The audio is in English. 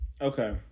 okay